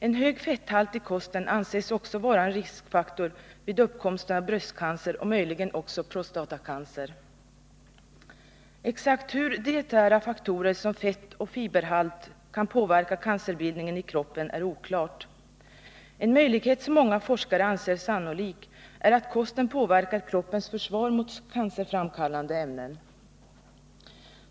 En hög fetthalt i kosten anses också vara en riskfaktor vid uppkomsten av bröstcancer och möjligen också prostatacancer. Exakt hur dietära faktorer som fettoch fiberhalt kan påverka cancerbildningen i kroppen är oklart. En möjlighet som många forskare anser sannolik är att kosten påverkar kroppens försvar mot cancerframkallande ämnen.